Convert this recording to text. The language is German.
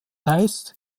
heißt